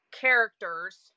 characters